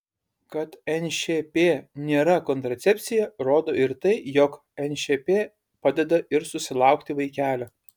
kad nšp nėra kontracepcija rodo ir tai jog nšp padeda ir susilaukti vaikelio